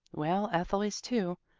well, ethel is too,